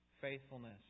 faithfulness